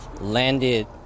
landed